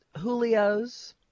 Julio's